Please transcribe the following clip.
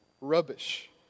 rubbish